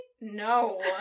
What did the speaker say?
No